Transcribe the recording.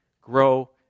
grow